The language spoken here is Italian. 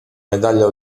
medaglia